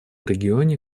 регионе